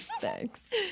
Thanks